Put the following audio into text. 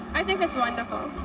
i think it's wonderful.